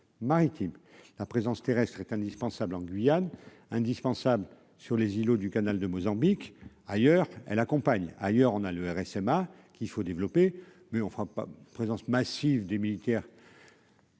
la présence terrestre est indispensable en Guyane indispensable sur les îlots du canal de Mozambique ailleurs elle accompagne ailleurs, on a le RSMA qu'il faut développer, mais on ne fera pas présence massive des militaires.